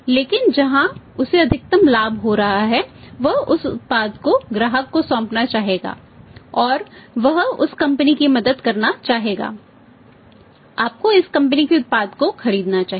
लेकिन जहां उसे अधिकतम लाभ हो रहा है वह उस उत्पाद को ग्राहक को सौंपना चाहेगा और वह उस कंपनी की मदद करना चाहेगा आपको इस कंपनी के उत्पाद को खरीदना चाहिए